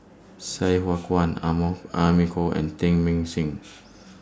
Sai Hua Kuan Amy Khor and Teng Mah Seng